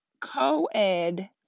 co-ed